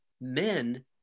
men